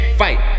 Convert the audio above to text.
fight